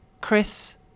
Chris